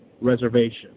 reservation